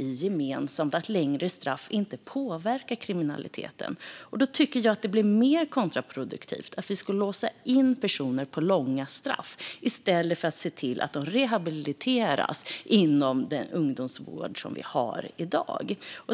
gemensamt i att längre straff inte påverkar kriminaliteten, och då tycker jag att det blir kontraproduktivt att låsa in personer och ge dem långa straff i stället för att se till att de rehabiliteras inom den ungdomsvård som vi har i dag.